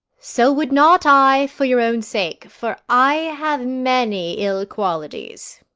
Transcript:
so would not i, for your own sake for i have many ill qualities.